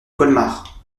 colmar